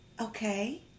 Okay